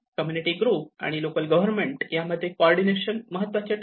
community group आणि local government यामध्ये coordination महत्त्वाचे ठरते